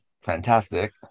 fantastic